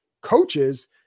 coaches